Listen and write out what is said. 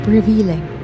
Revealing